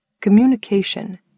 Communication